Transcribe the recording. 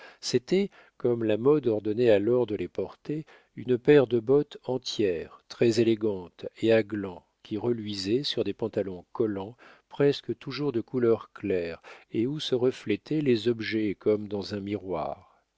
c'était comme la mode ordonnait alors de les porter une paire de bottes entières très élégantes et à glands qui reluisaient sur des pantalons collants presque toujours de couleur claire et où se reflétaient les objets comme dans un miroir